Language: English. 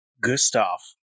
Gustav